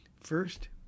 first